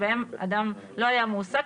שבהם אדם לא היה מועסק,